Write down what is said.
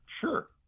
Sure